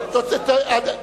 לא.